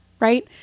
right